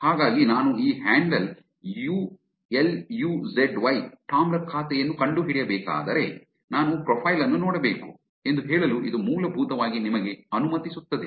ಹಾಗಾಗಿ ನಾನು ಈ handle L U Z Y Tumblr ಖಾತೆಯನ್ನು ಕಂಡುಹಿಡಿಯಬೇಕಾದರೆ ನಾನು ಪ್ರೊಫೈಲ್ ಅನ್ನು ನೋಡಬೇಕು ಎಂದು ಹೇಳಲು ಇದು ಮೂಲಭೂತವಾಗಿ ನಿಮಗೆ ಅನುಮತಿಸುತ್ತದೆ